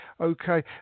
Okay